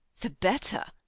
the better!